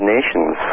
Nations